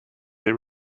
they